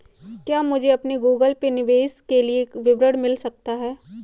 क्या मुझे अपने गूगल पे निवेश के लिए विवरण मिल सकता है?